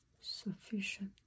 sufficient